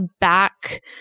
back